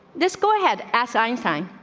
this go ahead as einstein